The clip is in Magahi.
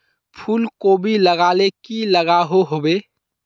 फूलकोबी लगाले की की लागोहो होबे?